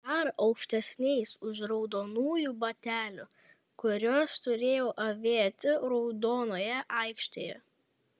dar aukštesniais už raudonųjų batelių kuriuos turėjau avėti raudonojoje aikštėje